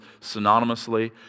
synonymously